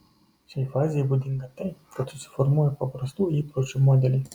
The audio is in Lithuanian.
šiai fazei būdinga tai kad susiformuoja paprastų įpročių modeliai